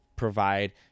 Provide